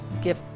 give